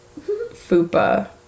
fupa